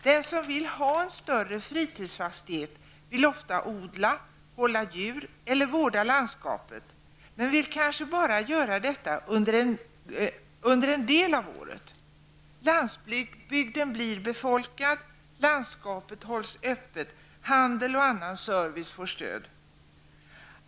Den som vill ha en större fritidsfastighet vill ofta odla, hålla djur eller vårda landskapet men vill kanske göra det under en del av året. Landsbygden blir befolkad, landskapet hålls öppet, handel och annan service får stöd.